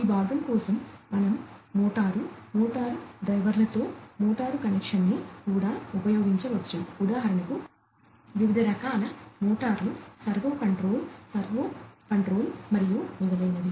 ఈ భాగం కోసం మనం మోటార్లు మోటారు డ్రైవర్లతో మోటార్లు కనెక్షన్ని కూడా ఉపయోగించవచ్చు ఉదాహరణకు వివిధ రకాల మోటార్లు సర్వో కంట్రోల్ సర్వో కంట్రోల్ మరియు మొదలైనవి